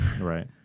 Right